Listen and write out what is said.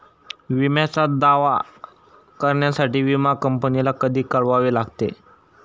विम्याचा दावा करण्यासाठी विमा कंपनीला कधी कळवावे लागते?